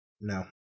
No